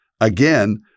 Again